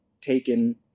taken